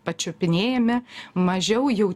pačiupinėjami mažiau jau